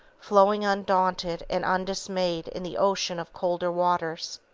flowing undaunted and undismayed in the ocean of colder waters.